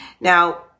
Now